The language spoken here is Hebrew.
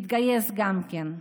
התגייס גם כן.